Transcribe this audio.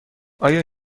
آیا